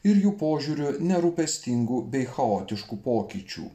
ir jų požiūriu nerūpestingų bei chaotiškų pokyčių